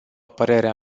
părerea